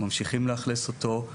ממשיכים לאכלס אותו,